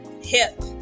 hip